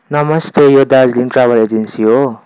नमस्ते यो Darjeeling travel agency हो